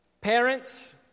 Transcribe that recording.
parents